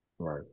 right